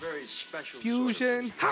Fusion